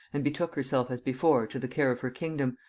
and betook herself as before to the care of her kingdom,